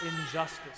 injustice